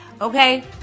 Okay